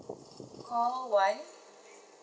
call one